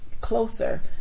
closer